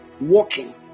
Walking